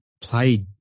played